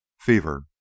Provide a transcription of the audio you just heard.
Fever